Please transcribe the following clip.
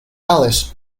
alice